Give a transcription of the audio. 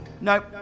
No